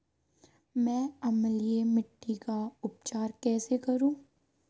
मैं अम्लीय मिट्टी का उपचार कैसे करूं?